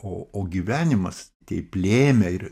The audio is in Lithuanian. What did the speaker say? o o gyvenimas taip lėmė ir